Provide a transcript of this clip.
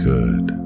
Good